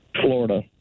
Florida